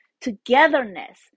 togetherness